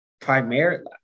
primarily